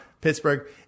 Pittsburgh